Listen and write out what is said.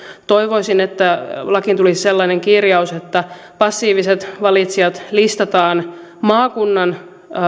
toivoisin että lakiin tulisi sellainen kirjaus että passiiviset valitsijat listataan maakunnan